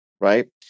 right